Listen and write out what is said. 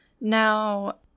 now